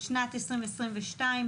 שנת 2022,